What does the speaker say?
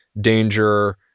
danger